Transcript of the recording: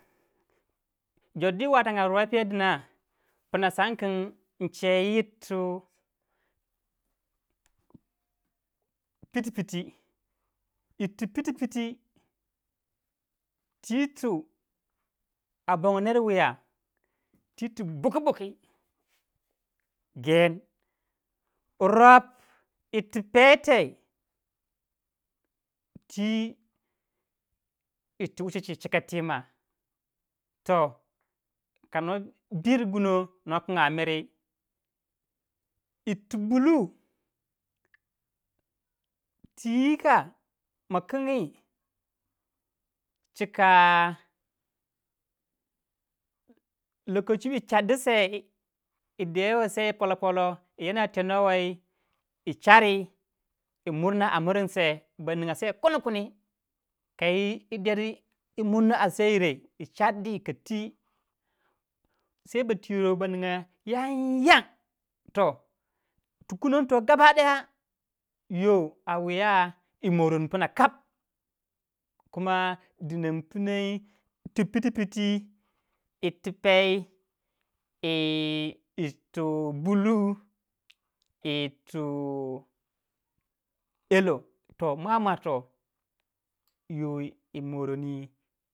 Jor jwi yi walanga dw rop yo duno. Puna san kin in che piti piti, yir tu piti piti. yir tu abongo ner wuya titu buki buki. gen, rop, irtu petei twi irtu wuchi chi chika tima. toh ka do biri guno no king amiri. irtu twi yika ma kingi chika. Lokachi wi car di sai wu polo polo yi yanda yi tenor wai. Yi chari yi murna a miringi se, ba ninga sai kuni kuni. kayi deri yi murna a se yire. yi chardi ka twi sai ba twu yo ba ninga yan yang toh ti kunon ton mua mua. Yon a wuya yi moron Puna kap. Kuma denan punai. ti puti puti yi ti pey yi irtu bulu yi tu bulu toh mwamwa toh yoyi moroni.